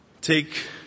Take